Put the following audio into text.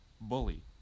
Bully